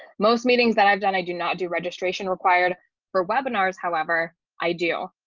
most meetings that i've done, i do not do registration required for webinars however i do,